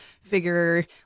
figure